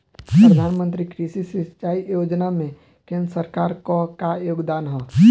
प्रधानमंत्री कृषि सिंचाई योजना में केंद्र सरकार क का योगदान ह?